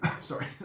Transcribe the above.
Sorry